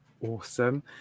awesome